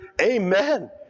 Amen